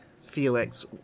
Felix